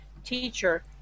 teacher